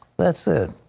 that said,